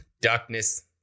Darkness